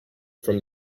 from